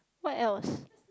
what else